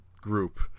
group